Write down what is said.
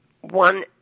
one